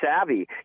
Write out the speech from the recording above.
savvy